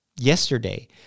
Yesterday